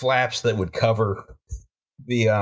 flaps that would cover the